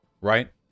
right